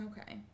Okay